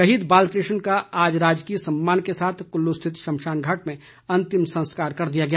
शहीद बाल कृष्ण का आज राजकीय सम्मान के साथ कुल्लू स्थित शमशान घाट में अंतिम संस्कार कर दिया गया